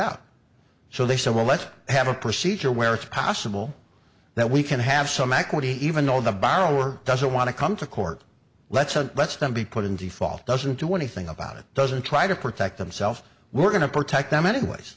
out so they said well let's have a procedure where it's possible that we can have some equity even though the borrower doesn't want to come to court let's a lets them be put in default doesn't do anything about it doesn't try to protect themselves we're going to protect them anyways